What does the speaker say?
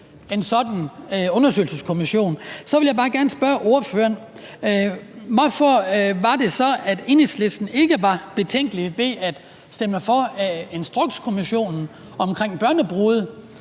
en sådan undersøgelseskommission. Så vil jeg bare gerne spørge ordføreren: Hvorfor var det så, at Enhedslisten ikke var betænkelig ved at stemme for Instrukskommissionen omkring barnebrude,